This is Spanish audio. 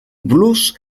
blues